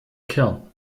kern